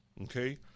Okay